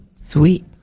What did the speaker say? Sweet